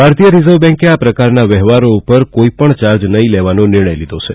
ભારતીય રિઝર્વ બેંકે આ પ્રકારના વ્યવહારો ઉપર કોઈ પણ ચાર્જ નહીં લેવાનો નિર્ણય લીધો છે